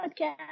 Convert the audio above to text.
Podcast